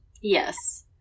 Yes